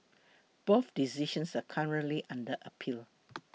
both decisions are currently under appeal